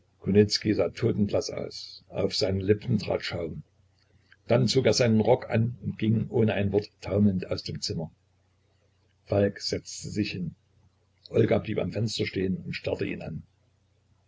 sah totenblaß aus auf seine lippen trat schaum dann zog er seinen rock an und ging ohne ein wort taumelnd aus dem zimmer falk setzte sich hin olga blieb am fenster stehen und starrte ihn an